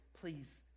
please